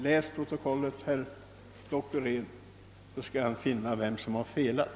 Läs protokollet, herr Dockered, så skall Ni finna vem som har felat!